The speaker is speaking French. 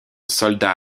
soldats